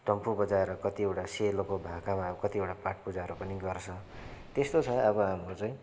डम्फू बजाएर कतिवटा सेलोको भाकामा अब कतिवटा पाठपूजाहरू पनि गर्छ त्यस्तो छ अब हाम्रो चाहिँ